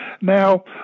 Now